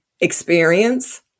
experience